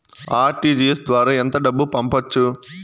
RTGS ద్వారా ఎంత డబ్బు పంపొచ్చు?